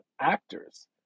actors